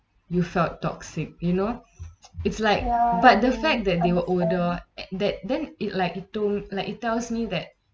you felt toxic you know it's like but the fact that they were older that then it like don't like it tells me that